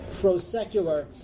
pro-secular